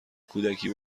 کودکی